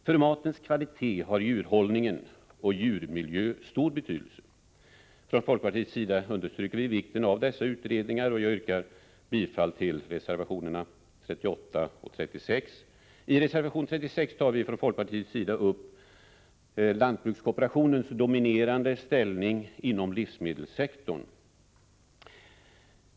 För matens kvalitet är djurhållningen och djurens miljö av stor betydelse. Från folkpartiets sida understryker vi vikten av dessa utredningar. Jag yrkar bifall till reservationerna 36 ogh 38. I reservation 36 tar vi upp lantbrukskooperationens dominerande ställning inom livsmedelssektorn.